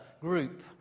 group